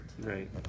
Right